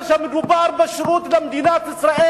כשמדובר בשירות במדינת ישראל,